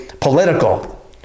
political